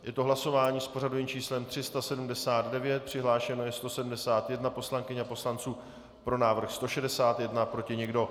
Je to hlasování s pořadovým číslem 379, přihlášeno je 171 poslankyň a poslanců, pro návrh 161, proti nikdo.